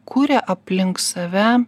kuria aplink save